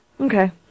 Okay